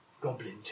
Goblin